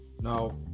Now